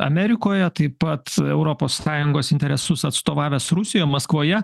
amerikoje taip pat europos sąjungos interesus atstovavęs rusijo maskvoje